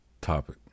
topic